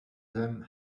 them